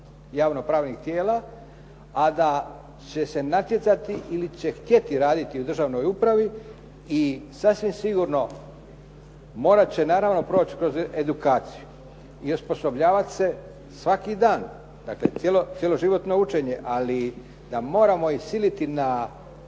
javno pravnih tijela, a da će se natjecati ili će htjeti raditi u državnoj upravi i sasvim sigurno morat će naravno proći kroz edukaciju i osposobljavat se svaki dan. Dakle, cjeloživotno učenje. Ali da moramo ih siliti na